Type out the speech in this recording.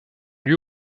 lieu